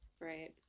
right